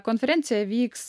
konferencija vyks